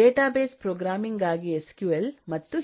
database programming ಗಾಗಿಎಸ್ Q L ಮತ್ತು ಹೀಗೆ